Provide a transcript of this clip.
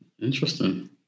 Interesting